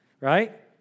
Right